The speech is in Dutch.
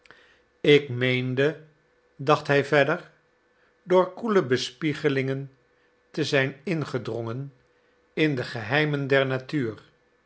ik meende dacht hij verder door koele bespiegelingen te zijn ingedrongen in de geheimen der natuur